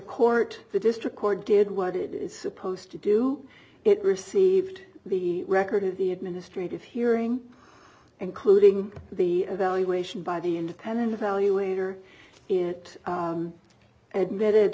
court the district court did what it is supposed to do it received the record of the administrative hearing including the evaluation by the independent evaluator it admitted